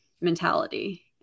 mentality